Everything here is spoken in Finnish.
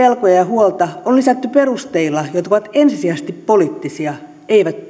huolta on lisätty perusteilla jotka ovat ensisijaisesti poliittisia eivät